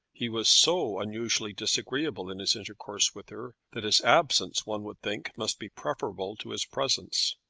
he was so unusually disagreeable in his intercourse with her, that his absence, one would think, must be preferable to his presence.